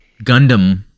Gundam